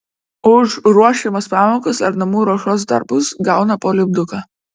už ruošiamas pamokas ar namų ruošos darbus gauna po lipduką